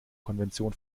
konvention